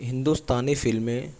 ہندوستانی فلمیں